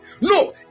no